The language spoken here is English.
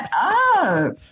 up